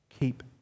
Keep